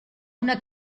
una